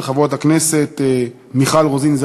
של חברות הכנסת מיכל רוזין,